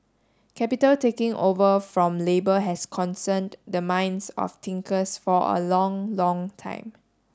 capital taking over from labour has concerned the minds of thinkers for a long long time